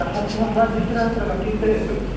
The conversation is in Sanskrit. सहस्रं वा द्विसहस्रं वा चिन्तयतु